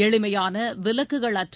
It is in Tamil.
எளிமையான விலக்குகள் அற்ற